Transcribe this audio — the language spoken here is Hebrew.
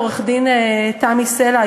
לעורכת-הדין תמי סלע,